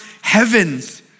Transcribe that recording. heavens